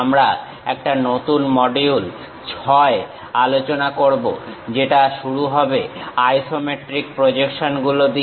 আমরা একটা নতুন মডিউল 6 আলোচনা করব যেটা শুরু হবে আইসোমেট্রিক প্রজেকশন গুলো দিয়ে